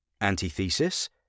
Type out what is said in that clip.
Antithesis